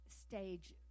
stage